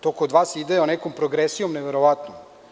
To kod vas ide nekom progresijom neverovatnom.